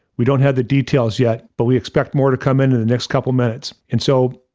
we don't have the details yet. but we expect more to come in in the next couple minutes. and so,